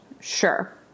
Sure